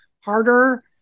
harder